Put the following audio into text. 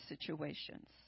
situations